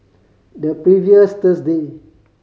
the previous Thursday